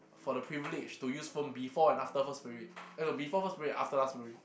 for the privilege to use phone before and after first period eh no before first period after last period